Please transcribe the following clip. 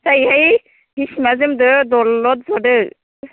जायोहाय सिमा जोमदो दलद जदो